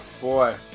boy